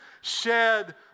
shed